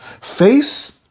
Face